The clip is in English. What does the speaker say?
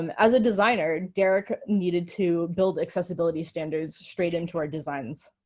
um as a designer, derek needed to build accessibility standards straight into our designs.